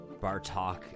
Bartok